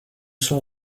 son